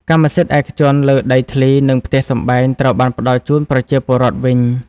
កម្មសិទ្ធិឯកជនលើដីធ្លី និងផ្ទះសម្បែងត្រូវបានផ្តល់ជូនប្រជាពលរដ្ឋវិញ។